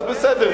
אז בסדר,